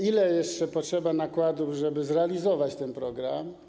Ile jeszcze potrzeba nakładów, żeby zrealizować ten program?